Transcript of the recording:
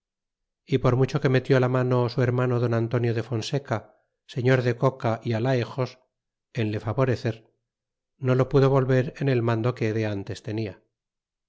y por mucho que metió la mano su hermano don antonio de fonseca señor de coca é alaexos en le favorecer no lo pudo volver en el mando que de ntes tenia